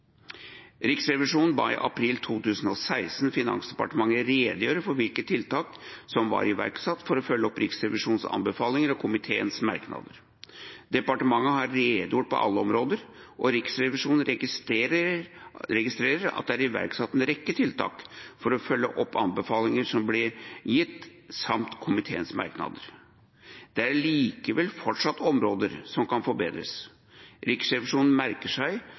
Riksrevisjonen ba i april 2016 Finansdepartementet redegjøre for hvilke tiltak som var iverksatt for å følge opp Riksrevisjonens anbefalinger og komiteens merknader. Departementet har redegjort på alle områdene, og Riksrevisjonen registrerer at det er iverksatt en rekke tiltak for å følge opp anbefalingene som ble gitt, samt komiteens merknader. Det er likevel fortsatt områder som kan forbedres. Riksrevisjonen merker seg